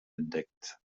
entdeckt